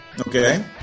Okay